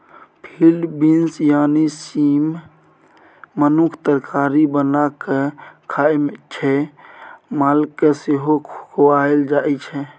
field beans यानी सीम मनुख तरकारी बना कए खाइ छै मालकेँ सेहो खुआएल जाइ छै